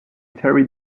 terry